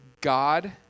God